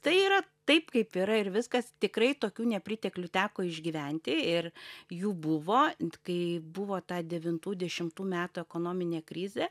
tai yra taip kaip yra ir viskas tikrai tokių nepriteklių teko išgyventi ir jų buvo kai buvo ta devintų dešimtų metų ekonominė krizė